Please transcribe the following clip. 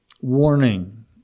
warning